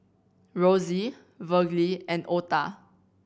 Rosie Virgle and Ota